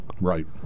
Right